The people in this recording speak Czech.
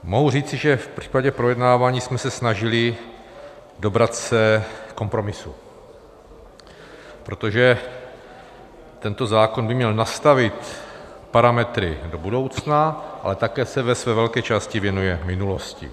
Mohu říci, že v případě projednávání jsme se snažili dobrat se kompromisu, protože tento zákon by měl nastavit parametry do budoucna, ale také se ve své velké části věnuje minulosti.